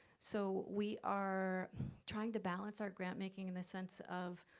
so we are trying to balance our grant-making in the sense of,